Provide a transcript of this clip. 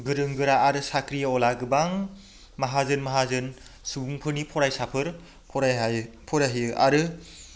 गोरों गोरा आरो साख्रिआवला गोबां माहाजोन माहाजोन सुबुंफोरनि फरायसाफोर फरायहैयो आरो